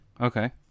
okay